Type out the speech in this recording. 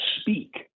speak